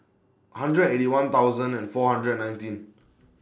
hundred Eighty One thousand and four hundred nineteen